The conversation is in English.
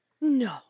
No